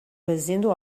fazendo